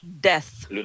death